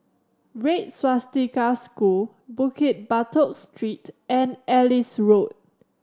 Red Swastika School Bukit Batok Street and Ellis Road